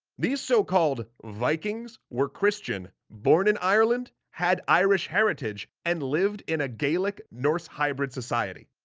these so-called vikings were christian, born in ireland, had irish heritage, and lived in a gaelic norse hybrid society.